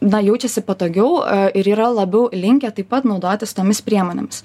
na jaučiasi patogiau ir yra labiau linkę taip pat naudotis tomis priemonėmis